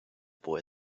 boy